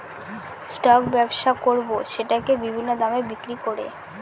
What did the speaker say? stock ব্যবসা করাবো সেটাকে বিভিন্ন দামে বিক্রি করে